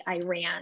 Iran